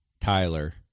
Tyler